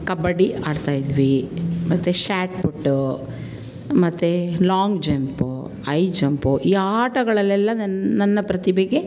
ಕಬಡ್ಡಿ ಆಡ್ತಾಯಿದ್ವಿ ಮತ್ತು shot put ಮತ್ತು ಲಾಂಗ್ ಜಂಪು ಹೈ ಜಂಪು ಈ ಆಟಗಳಲ್ಲೆಲ್ಲ ನನ್ನ ನನ್ನ ಪ್ರತಿಭೆಗೆ